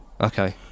Okay